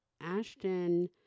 Ashton